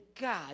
God